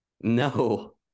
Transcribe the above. No